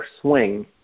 swing